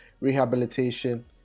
rehabilitation